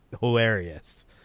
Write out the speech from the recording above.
hilarious